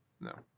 no